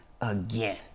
again